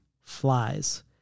flies